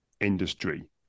industry